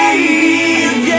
believe